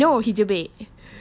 ya no he jebik